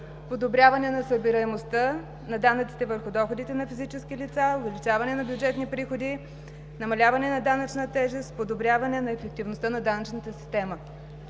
подобряване на събираемостта, на данъците върху доходите на физически лица, увеличаване на бюджетни приходи, намаляване на данъчна тежест, подобряване на ефективността на данъчната система.